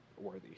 worthy